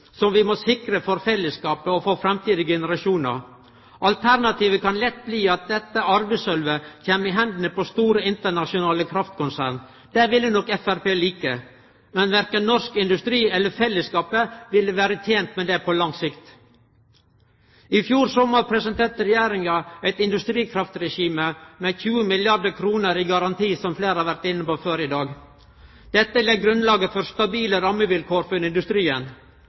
som vi må sikre for fellesskapet og for framtidige generasjonar. Alternativet kan lett bli at dette arvesølvet kjem i hendene på store internasjonale kraftkonsern. Det ville nok Framstegspartiet like. Men verken norsk industri eller fellesskapet vil vere tent med det på lang sikt. I fjor sommar presenterte Regjeringa eit industrikraftregime med 20 milliardar kr i garanti, som fleire har vore inne på før i dag. Det legg grunnlaget for stabile rammevilkår for industrien.